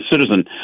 citizen